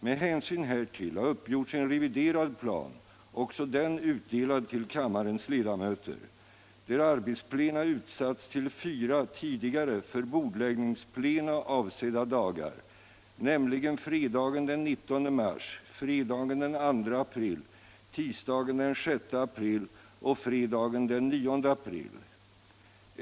Med hänsyn härtill har uppgjorts en reviderad plan, också den utdelad till kammarens ledamöter, där arbetsplena utsatts till fyra tidigare för bordläggningsplena avsedda dagar, nämligen fredagen den 19 mars, fredagen den 2 april, tisdagen den 6 april och fredagen den 9 april.